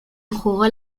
enjugó